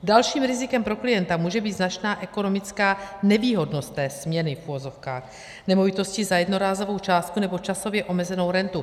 Dalším rizikem pro klienta může být značná ekonomická nevýhodnost té směny, v uvozovkách, nemovitosti za jednorázovou částku nebo časově omezenou rentu.